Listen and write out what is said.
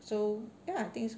so ya think